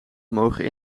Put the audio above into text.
mogen